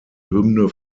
hymne